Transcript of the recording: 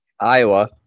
Iowa